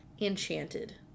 Enchanted